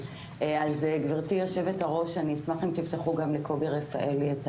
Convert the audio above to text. אז גבירתי יושבת הראש אני אשמח אם תפתחו גם לקובי רפאלי.